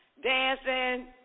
Dancing